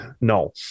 No